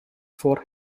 for